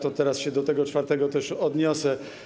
Teraz się do tego czwartego też odniosę.